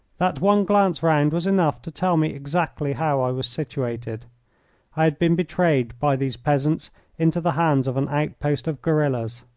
that one glance round was enough to tell me exactly how i was situated. i had been betrayed by these peasants into the hands of an outpost of guerillas.